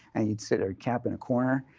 and you'd sit there, camp in a corner,